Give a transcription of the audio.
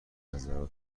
نظرات